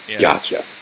gotcha